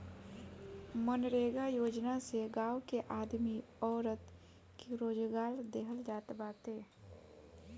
मनरेगा योजना से गांव के आदमी औरत के रोजगार देहल जात हवे